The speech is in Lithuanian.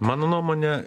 mano nuomone